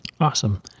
Awesome